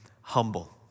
humble